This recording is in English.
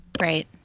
right